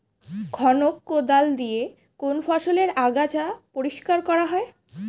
খনক কোদাল দিয়ে কোন ফসলের আগাছা পরিষ্কার করা হয়?